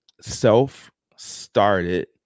self-started